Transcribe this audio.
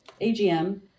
AGM